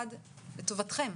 לטובתכם